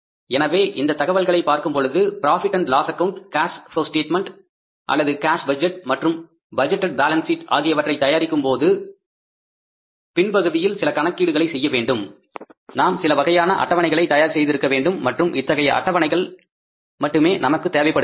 எனவே இந்த தகவல்களை பார்க்கும்பொழுது profit and loss account cash flow statement இல்லது காஸ் பட்ஜெட் மற்றும் பட்ஜெட்டேட் பாலன்ஸ் சீட் ஆகியவற்றை தயாரிக்கும்போது பின் பகுதியில் சில கணக்கீடுகளை செய்ய வேண்டும் நாம் சில வகையான அட்டவணைகளை தயார் செய்திருக்க வேண்டும் மற்றும் இத்தகைய அட்டவணைகள் மட்டுமே நமக்குத் தேவைப்படுகின்றன